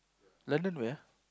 London where ah